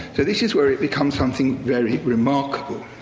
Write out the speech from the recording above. so this is where it becomes something very remarkable.